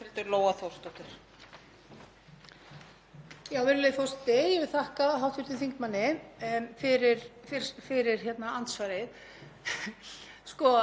Lausnin er einfaldlega að afnema verðtrygginguna vegna þess, eins og ég fór í gegnum í ræðunni, að með afnámi hennar